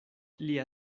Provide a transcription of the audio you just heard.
lia